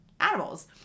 animals